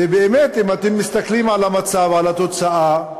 ובאמת, אם אתם מסתכלים על המצב, על התוצאה,